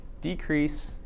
decrease